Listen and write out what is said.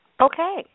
Okay